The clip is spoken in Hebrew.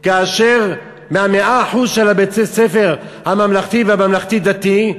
כאשר מ-100% של בית-הספר הממלכתי והממלכתי-דתי,